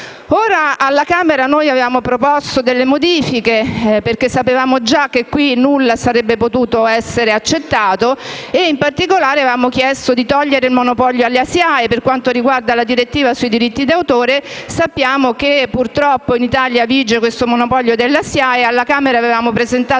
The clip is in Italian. Alla Camera avevamo proposto talune modifiche perché sapevamo già che qui nulla sarebbe potuto essere accolto; in particolare, avevamo chiesto di togliere il monopolio alla SIAE per quanto riguarda la direttiva sui diritti d'autore. Sappiamo che, purtroppo, in Italia, vige questo monopolio. Alla Camera avevamo presentato